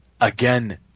again